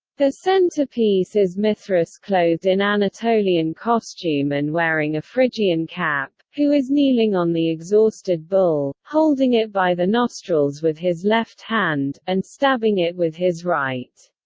the centre-piece is mithras clothed in anatolian costume and wearing a phrygian cap who is kneeling on the exhausted bull, holding it by the nostrils with his left hand, and stabbing it with his right.